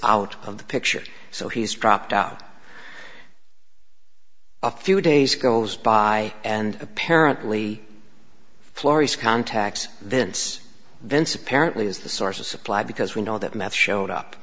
out of the picture so he's dropped out a few days goes by and apparently florrie's contacts this vince apparently is the source of supply because we know that meth showed up